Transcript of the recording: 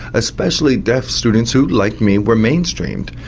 especially deaf students who, like me, were mainstreamed,